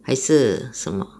还是什么